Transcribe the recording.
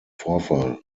vorfall